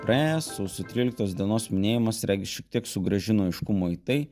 praėjo sausio tryliktos dienos minėjimas regis šiek tiek sugrąžino aiškumo į tai